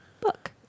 book